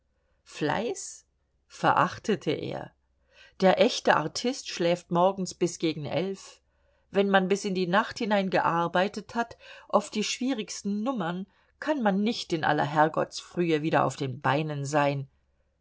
fleiß verachtete er der echte artist schläft morgens bis gegen elf wenn man bis in die nacht hinein gearbeitet hat oft die schwierigsten nummern kann man nicht in aller herrgottsfrühe wieder auf den beinen sein